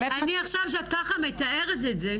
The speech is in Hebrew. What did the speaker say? עכשיו, כשאת ככה מתארת את זה.